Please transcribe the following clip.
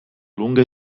lunghe